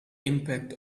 impact